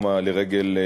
לרגל,